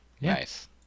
nice